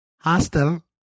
Hostel